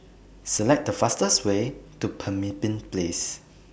Select The fastest Way to Pemimpin Place